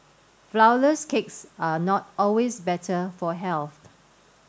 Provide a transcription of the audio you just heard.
flour less cakes are not always better for health